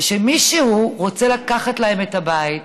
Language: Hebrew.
ושמישהו רוצה לקחת להם את הבית.